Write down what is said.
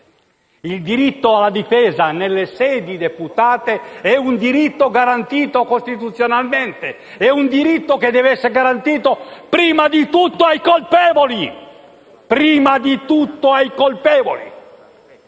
Il diritto alla difesa nelle sedi deputate è un diritto garantito costituzionalmente e deve essere garantito prima di tutto ai colpevoli. Lo ripeto: prima di tutto ai colpevoli!